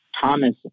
Thomas